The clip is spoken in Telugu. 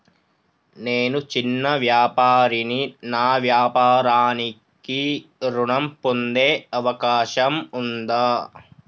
నేను చిన్న వ్యాపారిని నా వ్యాపారానికి ఋణం పొందే అవకాశం ఉందా?